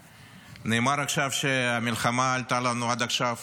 נאמר עכשיו שהמלחמה עלתה לנו עד עכשיו